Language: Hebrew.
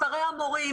מספרי המורים,